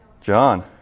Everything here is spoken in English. John